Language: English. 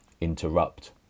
interrupt